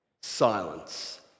Silence